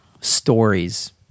stories